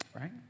right